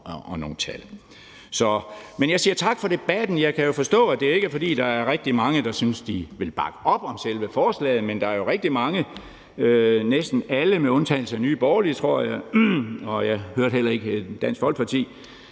og nogle tal. Men jeg siger tak for debatten. Jeg kan jo forstå, at det ikke er, fordi der er rigtig mange, der synes, at de vil bakke op om selve forslaget, men der er rigtig mange – næsten alle med undtagelse af Nye Borgerlige, tror jeg, og jeg hørte heller ikke Dansk Folkeparti